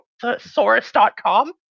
thesaurus.com